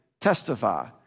testify